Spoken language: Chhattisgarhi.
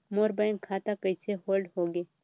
मोर बैंक खाता कइसे होल्ड होगे?